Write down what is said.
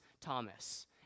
Thomas